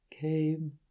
came